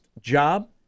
job